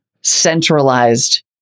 centralized